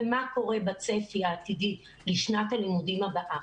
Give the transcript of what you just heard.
ומה קורה בצפי העתידי לשנת הלימודים הבאה.